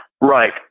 Right